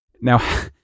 Now